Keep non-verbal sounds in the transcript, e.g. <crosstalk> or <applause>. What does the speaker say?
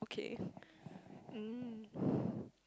okay mm <breath>